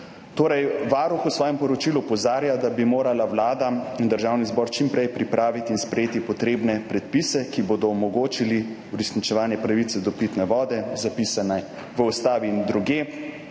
govor. Varuh v svojem poročilu opozarja, da bi morala Vlada in Državni zbor čim prej pripraviti in sprejeti potrebne predpise, ki bodo omogočili uresničevanje pravice do pitne vode, zapisane v ustavi in drugje,